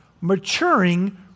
Maturing